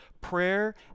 prayer